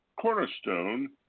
Cornerstone